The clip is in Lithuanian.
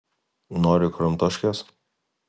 nori kramtoškės